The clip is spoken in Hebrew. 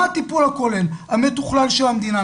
השאלה, מה הטיפול הכולל, המתוכלל של המדינה?